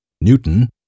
Newton